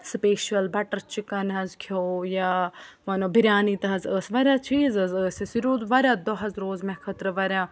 special butter chicken حظ کھیٛوٚو یا وَنو بِریانی تہٕ حظ ٲس واریاہ چیٖز حظ ٲسۍ اسہ یہِ روٗد واریاہ دۄہ حظ روز مےٚ خٲطرٕ واریاہ